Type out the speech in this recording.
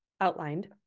outlined